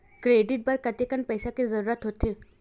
Credit बर कतेकन पईसा के जरूरत होथे?